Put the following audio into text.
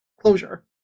closure